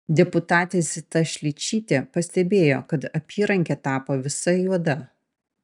deputatė zita šličytė pastebėjo kad apyrankė tapo visa juoda